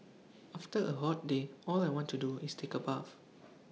after A hot day all I want to do is take A bath